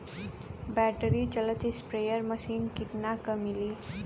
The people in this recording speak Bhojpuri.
बैटरी चलत स्प्रेयर मशीन कितना क मिली?